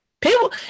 People